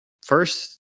First